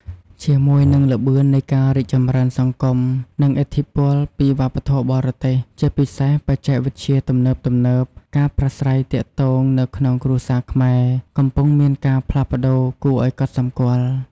ជាមួយនឹងល្បឿននៃការរីកចម្រើនសង្គម និងឥទ្ធិពលពីវប្បធម៌បរទេស ជាពិសេសបច្ចេកវិទ្យាទំនើបៗ ការប្រាស្រ័យទាក់ទងនៅក្នុងគ្រួសារខ្មែរកំពុងមានការផ្លាស់ប្តូរគួរឲ្យកត់សម្គាល់។